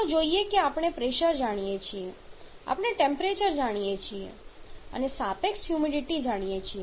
ચાલો જોઇએ કે આપણે પ્રેશર જાણીએ છીએ આપણે ટેમ્પરેચર જાણીએ છીએ અને સાપેક્ષ હ્યુમિડિટી જાણીએ છીએ